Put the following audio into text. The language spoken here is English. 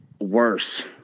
worse